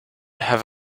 have